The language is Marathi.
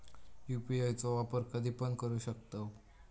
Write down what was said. यू.पी.आय चो वापर कधीपण करू शकतव?